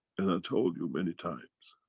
and i told you many times.